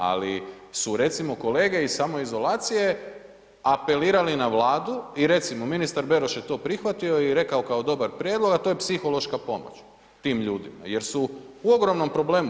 Ali su recimo kolege iz samoizolacije apelirali na Vladu i recimo ministar Beroš je to prihvatio i rekao kao prijedlog, a to je psihološka pomoć tim ljudima jer su u ogromnom problemu.